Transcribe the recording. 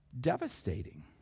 devastating